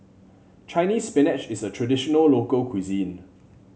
Chinese Spinach is a traditional local cuisine